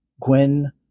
Gwen